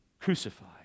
crucified